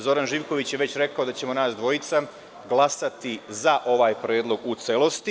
Zoran Živković je već rekao da ćemo nas dvojica glasati za ovaj predlog u celosti.